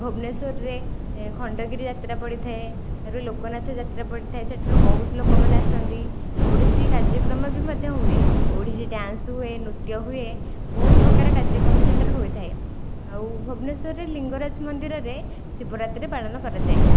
ଭୁବନେଶ୍ୱରରେ ଖଣ୍ଡଗିରି ଯାତ୍ରା ପଡ଼ିଥାଏ ତା'ପରେ ଲୋକନାଥ ଯାତ୍ରା ପଡ଼ିଥାଏ ସେଠାରୁ ବହୁତ ଲୋକମାନେ ଆସନ୍ତି ଓଡ଼ିଶୀ କାର୍ଯ୍ୟକ୍ରମ ବି ମଧ୍ୟ ହୁଏ ଓଡ଼ିଶୀ ଡ୍ୟାନ୍ସ ହୁଏ ନୃତ୍ୟ ହୁଏ ବହୁତ ପ୍ରକାର କାର୍ଯ୍ୟକ୍ରମ ସେଠାରେ ହୋଇଥାଏ ଆଉ ଭୁବନେଶ୍ୱରରେ ଲିଙ୍ଗରାଜ ମନ୍ଦିରରେ ଶିବରାତ୍ରି ପାଳନ କରାଯାଏ